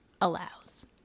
allows